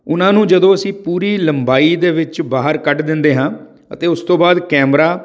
ਉਹਨਾਂ ਨੂੰ ਜਦੋਂ ਅਸੀਂ ਪੂਰੀ ਲੰਬਾਈ ਦੇ ਵਿੱਚ ਬਾਹਰ ਕੱਢ ਦਿੰਦੇ ਹਾਂ ਅਤੇ ਉਸ ਤੋਂ ਬਾਅਦ ਕੈਮਰਾ